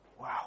Wow